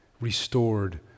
restored